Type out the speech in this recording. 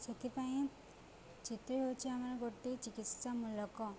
ସେଥିପାଇଁ ସେଥିରେ ହଉଛି ଆମର ଗୋଟେ ଚିକିତ୍ସାମୂଲକ